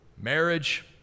Marriage